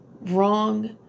wrong